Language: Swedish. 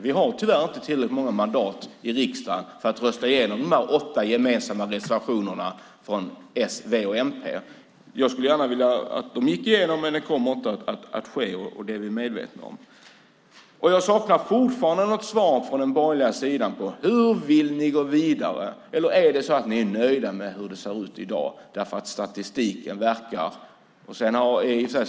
Vi har tyvärr inte tillräckligt många mandat i riksdagen för att rösta igenom de åtta gemensamma reservationerna från s, v och mp. Jag skulle gärna vilja att de antogs, men det kommer inte att ske. Det är vi medvetna om. Jag saknar fortfarande svar från den borgerliga sidan på hur ni vill gå vidare. Är ni nöjda med hur det ser ut i dag för att statistiken tycks tyda på att det går åt rätt håll?